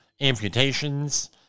amputations